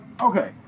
Okay